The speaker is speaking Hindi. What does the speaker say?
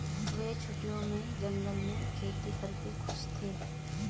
वे छुट्टियों में जंगल में खेती करके खुश थे